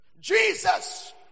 Jesus